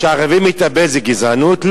כשערבי מתאבד, זה גזענות?